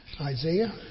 Isaiah